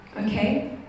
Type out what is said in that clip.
Okay